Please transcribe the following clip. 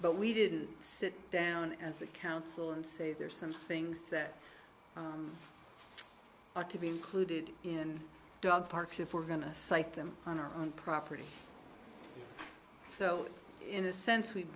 but we didn't sit down as a council and say there are some things that are to be included in dog parks if we're going to site them on our own property so in a sense we